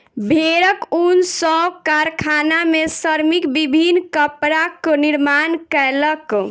भेड़क ऊन सॅ कारखाना में श्रमिक विभिन्न कपड़ाक निर्माण कयलक